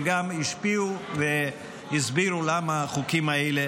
הם גם השפיעו והסבירו למה החוקים האלה